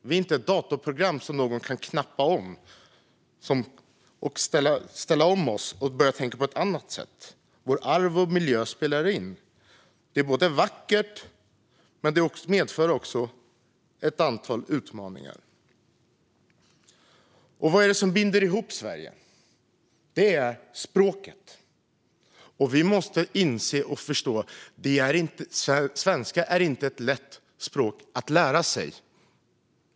Vi är inte datorprogram som någon kan knappa på och ställa om oss till att börja tänka på ett annat sätt. Vårt arv och vår miljö spelar in. Det är vackert, men det medför också ett antal utmaningar. Vad är det som binder ihop Sverige? Jo, det är språket. Vi måste inse och förstå att svenska inte är ett lätt språk att lära sig.